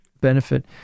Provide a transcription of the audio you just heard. benefit